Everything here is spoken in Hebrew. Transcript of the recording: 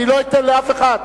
אני לא אתן לאף אחד.